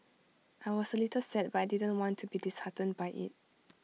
I was A little sad but I didn't want to be disheartened by IT